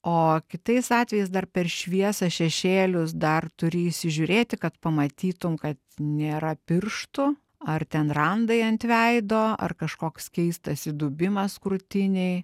o kitais atvejais dar per šviesą šešėlius dar turi įsižiūrėti kad pamatytum kad nėra pirštų ar ten randai ant veido ar kažkoks keistas įdubimas krūtinėj